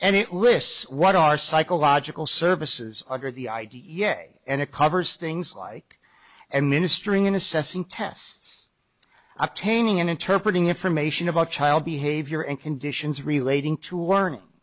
and it lists what our psychological services are the ideal yes and it covers things like and ministering in assessing tests attaining and interpret ng information about child behavior and conditions relating to learning